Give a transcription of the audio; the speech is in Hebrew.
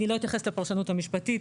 אני לא אתייחס לפרשנות המשפטית,